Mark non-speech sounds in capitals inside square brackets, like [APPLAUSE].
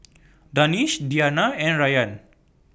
[NOISE] Danish Diyana and Rayyan